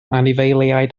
anifeiliaid